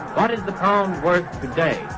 what is the pound worth today?